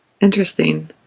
Interesting